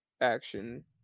action